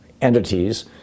entities